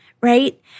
right